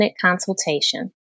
consultation